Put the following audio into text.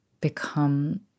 become